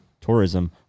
tourism